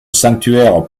sanctuaire